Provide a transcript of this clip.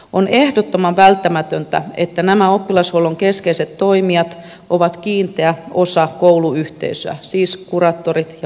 on ehdottoman välttämätöntä että nämä oppilashuollon keskeiset toimijat ovat kiinteä osa kouluyhteisöä siis kuraattorit ja psykologit